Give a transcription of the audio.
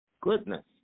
goodness